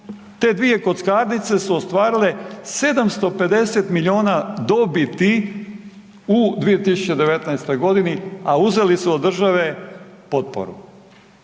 Te dvije kockarnice su ostvarile 750 miliona dobiti u 2019. godini, a uzeli su od države potporu.